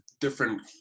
different